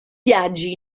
viaggi